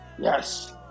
yes